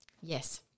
Yes